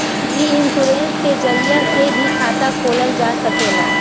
इ इन्शोरेंश के जरिया से भी खाता खोलल जा सकेला